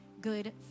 good